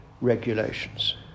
regulations